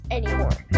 anymore